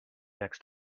next